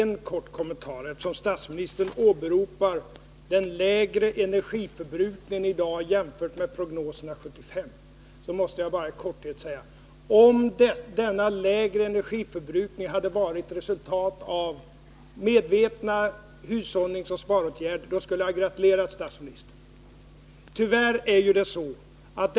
Nr 32 Fru talman! Enligt den redovisning som SIND gjort för elanvändnings Måndagen den kommittén är en huvudanledning till den lägre prognosen en minskning av 24 november 1980 elbehovet inom övrigsektorn. Det är alltså inte bara fråga om en minskning inom industrin.